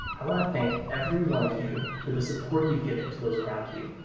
i want to thank every one of you for the support you've given to those around you